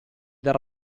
del